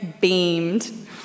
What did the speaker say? beamed